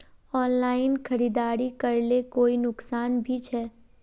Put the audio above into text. Online खरीदारी करले कोई नुकसान भी छे?